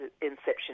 inception